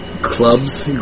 clubs